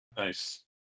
Nice